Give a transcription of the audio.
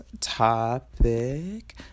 topic